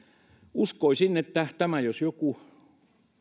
uskoisin että tämä jos jokin